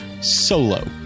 solo